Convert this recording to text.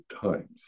times